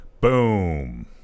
Boom